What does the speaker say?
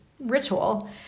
ritual